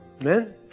Amen